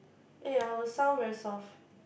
eh our sound very soft